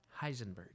Heisenberg